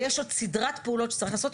ויש עוד סדרת פעולות שצריך לעשות,